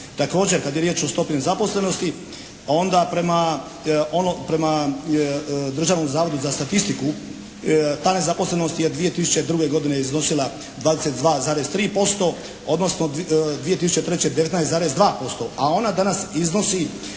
Također kad je riječ o stopi nezaposlenosti onda prema, prema Državnom zavodu za statistiku ta nezaposlenost je 2002. godine iznosila 22,3% odnosno 2003. 19,2%. A ona danas iznosi